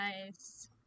nice